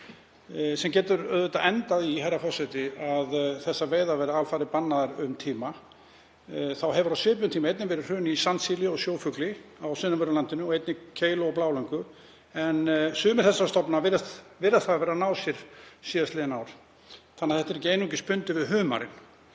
sem getur auðvitað endað í því að þessar veiðar verði alfarið bannaðar um tíma, hefur á svipuðum tíma einnig verið hrun í sandsíli og sjófugli á sunnanverðu landinu og líka í keilu og blálöngu, en sumir þessara stofna virðast hafa verið að ná sér síðastliðin ár þannig að þetta er ekki einungis bundið við humarinn.